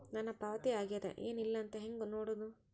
ನನ್ನ ಪಾವತಿ ಆಗ್ಯಾದ ಏನ್ ಇಲ್ಲ ಅಂತ ಹೆಂಗ ನೋಡುದು?